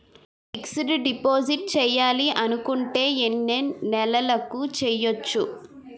Fixed deposit చేయాలి అనుకుంటే ఎన్నే నెలలకు చేయొచ్చు?